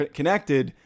connected